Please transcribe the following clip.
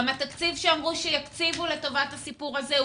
גם התקציב שאמרו שיקצו לטובת הסיפור הה הוא